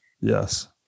Yes